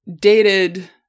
dated